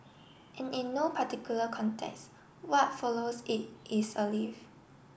and in no particular context what follows it is a leaf